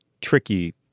tricky